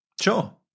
Sure